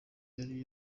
yari